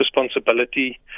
responsibility